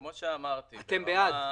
אתם בעד?